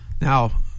Now